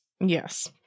Yes